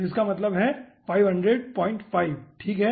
तो इसका मतलब है लगभग 5005 ठीक है